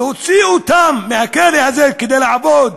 להוציא אותם מהכלא הזה כדי לעבוד,